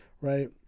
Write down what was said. right